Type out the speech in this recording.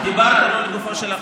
דיברת לא לגופו של החוק,